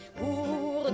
pour